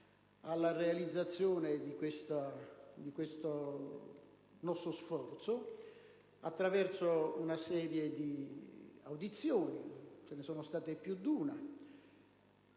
alla realizzazione di questo nostro prodotto attraverso una serie di audizioni - ce ne sono state più di una